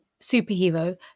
superhero